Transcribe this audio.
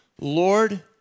Lord